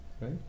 right